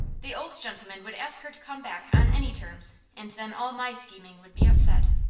the old gentleman would ask her to come back on any terms, and then all my scheming would be upset.